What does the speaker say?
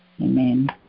amen